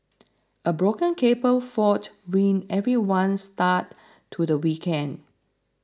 a broken cable fault ruined everyone's start to the weekend